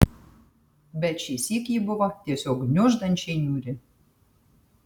bet šįsyk ji buvo tiesiog gniuždančiai niūri